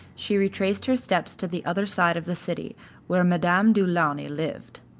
she retraced her steps to the other side of the city where madame du launy lived.